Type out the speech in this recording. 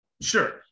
Sure